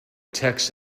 text